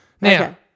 Now